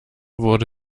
wurde